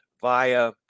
via